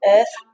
Earth